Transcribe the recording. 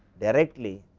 directly,